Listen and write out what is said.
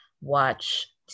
watch